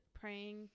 praying